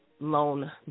loan